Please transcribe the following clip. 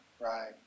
right